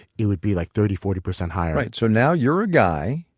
it would be like thirty, forty percent higher so now you're a guy.